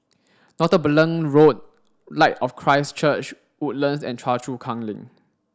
Northumberland Road Light of Christ Church Woodlands and Choa Chu Kang Link